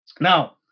Now